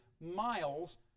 miles